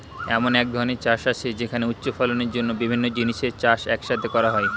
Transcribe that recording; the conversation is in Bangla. এমন এক ধরনের চাষ আছে যেখানে উচ্চ ফলনের জন্য বিভিন্ন জিনিসের চাষ এক সাথে করা হয়